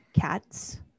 cats